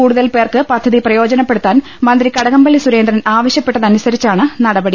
കൂടുതൽ പേർക്ക് പദ്ധതി പ്രയോജനപ്പെടാൻ മന്ത്രി കടകംപള്ളി സുരേന്ദ്രൻ ആവശ്യപ്പെട്ടതനുസരിച്ചാണ് നടപ്പടി